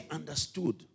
understood